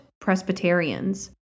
Presbyterians